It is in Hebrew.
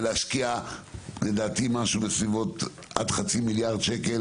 יש להשקיע לדעתי עד חצי מיליארד שקל